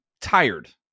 tired